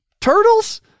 Turtles